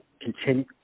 continue